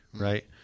right